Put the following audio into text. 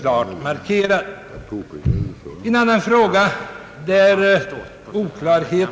klart markerad. Även i en annan fråga råder oklarhet.